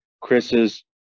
chris's